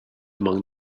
among